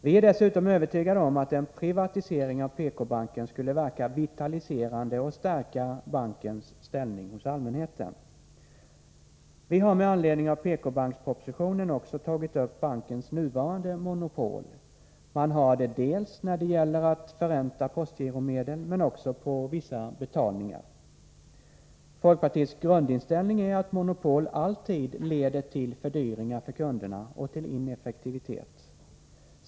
Vi är dessutom övertygade om att en privatisering av PK-banken skulle verka vitaliserande och stärka bankens ställning hos allmänheten. Vi har med anledning av PK-bankspropositionen också tagit upp bankens nuvarande monopol. Man har monopol när det gäller att förränta postgiromedel men också beträffande vissa betalningar. Folkpartiets grundinställning är att monopol alltid leder till fördyringar för kunderna och till ineffektivitet.